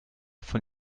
von